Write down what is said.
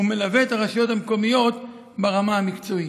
ומלווה את הרשויות המקומיות ברמה המקצועית.